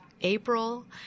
April